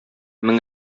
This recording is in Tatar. мең